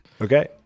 Okay